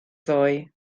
ddoe